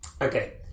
Okay